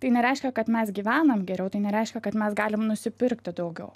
tai nereiškia kad mes gyvenam geriau tai nereiškia kad mes galim nusipirkti daugiau